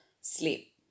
sleep